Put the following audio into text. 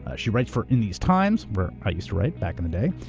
ah she writes for in these times where i used to write, back in the day.